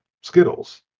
Skittles